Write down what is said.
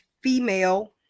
female